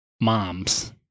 moms